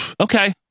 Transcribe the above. okay